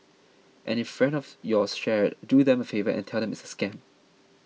and if friend of yours share it do them a favour and tell them it's a scam